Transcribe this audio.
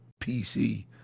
PC